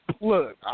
Look